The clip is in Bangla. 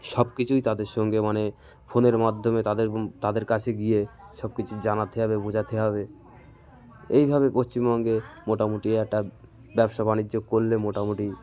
সব কিছুই তাদের সঙ্গে মানে ফোনের মাধ্যমে তাদের তাদের কাছে গিয়ে সব কিছু জানাতে হবে বোঝাতে হবে এইভাবে পশ্চিমবঙ্গে মোটামুটি একটা ব্যবসা বাণিজ্য করলে মোটামুটি